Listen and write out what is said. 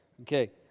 Okay